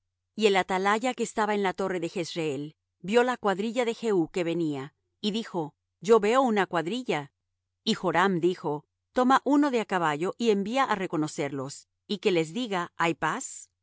y el atalaya que estaba en la torre de jezreel vió la cuadrilla de jehú que venía y dijo yo veo una cuadrilla y joram dijo toma uno de á caballo y envía á reconocerlos y que les diga hay paz